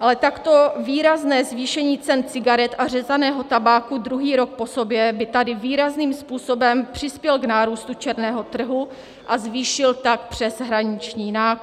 ale takto výrazné zvýšení cen cigaret a řezaného tabáku druhý rok po sobě by tady výrazným způsobem přispělo k nárůstu černého trhu a zvýšilo tak přeshraniční nákup.